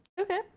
Okay